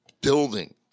building